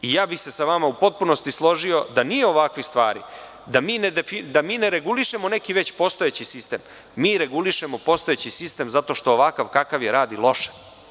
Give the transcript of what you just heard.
I ja bih se sa vama u potpunosti složio da nije ovakvih stvari, da mi ne regulišemo neki već postojeći sistem, mi regulišemo postojeći sistem zato što ovakva kakav je radi loše.